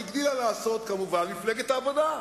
הגדילה לעשות, כמובן, מפלגת העבודה.